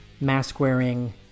mask-wearing